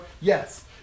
yes